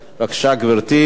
בבקשה, גברתי.